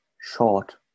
short